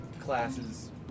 classes